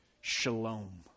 shalom